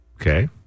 Okay